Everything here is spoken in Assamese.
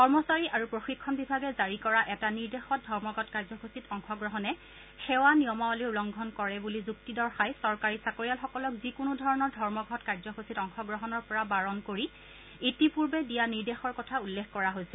কৰ্মচাৰী আৰু প্ৰশিক্ষণ বিভাগে জাৰি কৰা এটা নিৰ্দেশত ধৰ্মঘট কাৰ্যসূচীত অংশগ্ৰহণে সেৱা নিয়মাবলীৰ উলংঘন কৰে বুলি যুক্তি দৰ্শাই চৰকাৰী চাকৰিয়ালসকলক যিকোনো ধৰণৰ ধৰ্মঘট কাৰ্যসূচীত অংশগ্ৰহণৰ পৰা বাৰণ কৰি ইতিপূৰ্বে দিয়া নিৰ্দেশৰ কথা উল্লেখ কৰা হৈছে